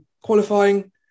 qualifying